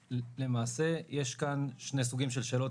למעשה יש כאן שני סוגים של שאלות,